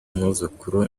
umwuzukuru